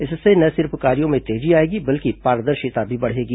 इससे न सिर्फ कार्यों में तेजी आएगी बल्कि पारदर्शिता भी बढ़ेगी